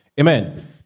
Amen